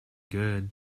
good